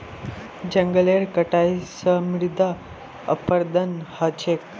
जंगलेर कटाई स मृदा अपरदन ह छेक